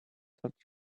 such